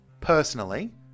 Personally